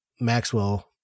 Maxwell